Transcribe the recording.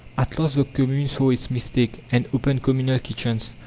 at last the commune saw its mistake, and opened communal kitchens.